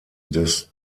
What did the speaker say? des